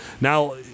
Now